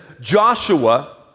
Joshua